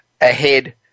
ahead